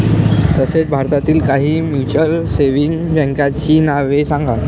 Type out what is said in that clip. तसेच भारतातील काही म्युच्युअल सेव्हिंग बँकांची नावे सांगा